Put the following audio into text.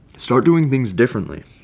start doing things differently.